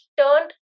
turned